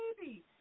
baby